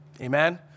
Amen